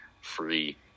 free